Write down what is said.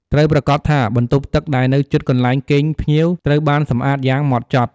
ត្រូវប្រាកដថាបន្ទប់ទឹកដែលនៅជិតកន្លែងគេងភ្ញៀវ ត្រូវបានសម្អាតយ៉ាងហ្មត់ចត់។